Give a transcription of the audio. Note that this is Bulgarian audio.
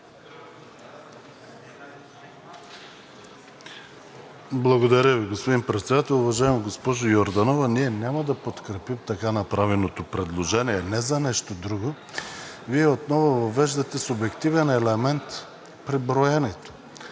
Благодаря Ви, господин Председател. Уважаема госпожо Йорданова, ние няма да подкрепим така направеното предложение не за нещо друго, а Вие отново въвеждате субективен елемент при броенето.